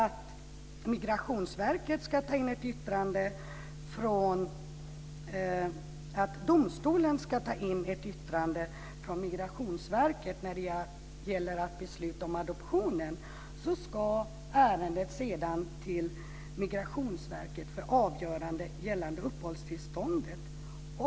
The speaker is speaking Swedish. Trots att domstolen ska ta in ett yttrande från Migrationsverket när det gäller att besluta om adoptionen ska ärendet sedan till Migrationsverket för avgörande gällande uppehållstillståndet.